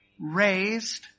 raised